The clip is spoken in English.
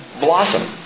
blossom